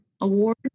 award